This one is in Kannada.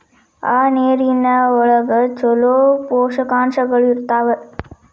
ಆ ನೇರಿನ ಒಳಗ ಚುಲೋ ಪೋಷಕಾಂಶಗಳು ಇರ್ತಾವ